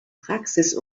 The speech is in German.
praxis